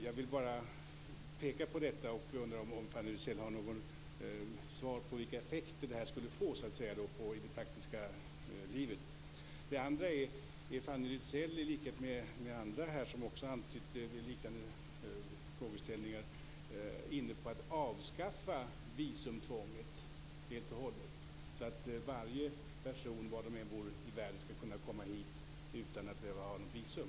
Jag vill bara peka på detta, och jag undrar om Fanny Rizell har något svar på frågan vilka effekter detta skulle få i det praktiska livet. Sedan undrar jag om Fanny Rizell - i likhet med andra här som också har antytt liknande frågeställningar - är inne på att avskaffa visumtvånget helt och hållet, så att varje person, var han än bor i världen, skall kunna komma hit utan att behöva ha ett visum.